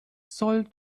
soll